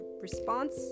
response